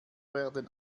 werden